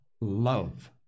love